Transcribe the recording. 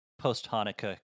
post-Hanukkah